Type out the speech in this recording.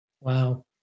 Wow